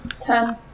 Ten